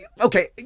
okay